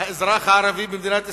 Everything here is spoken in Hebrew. האזרח הערבי במדינת ישראל,